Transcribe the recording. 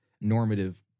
normative